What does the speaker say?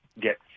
Get